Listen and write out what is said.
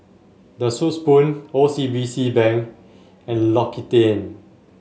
The Soup Spoon O C B C Bank and L'Occitane